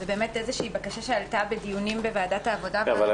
זו בקשה שעלתה בדיונים בוועדת העבודה והרווחה,